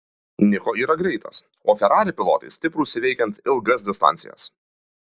niko yra greitas o ferrari pilotai stiprūs įveikiant ilgas distancijas